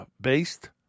based